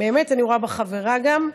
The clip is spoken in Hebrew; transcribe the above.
באמת, אני רואה בך גם חברה.